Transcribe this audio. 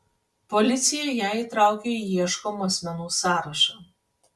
policija ją įtraukė į ieškomų asmenų sąrašą